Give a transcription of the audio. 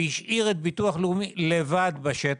והשאיר את הביטוח הלאומי ואותנו לטפל לבד בשטח.